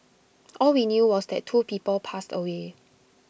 all we knew was that two people passed away